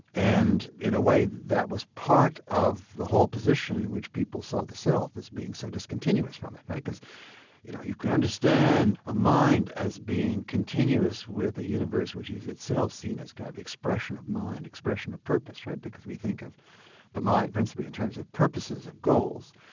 and in a way that was part of the whole position, which people saw the self, as being so discontinuous from it. like because you know you can understand a mind as being continuous with the universe, which is itself seen as kind of expression of mind, expression of purpose, because we think of the mind principally in terms of purposes, of goals.